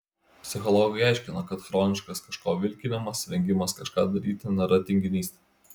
psichologai aiškina kad chroniškas kažko vilkinimas vengimas kažką daryti nėra tinginystė